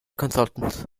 consultants